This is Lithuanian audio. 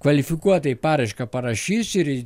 kvalifikuotai paraišką parašys ir